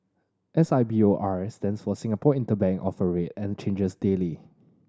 S I B O R stands for Singapore Interbank Offer Rate and changes daily